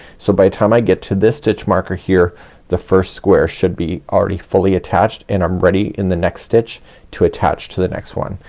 so by the time i get to this stitch marker here the first square should be already fully attached and i'm ready in the next stitch to attach to the next one.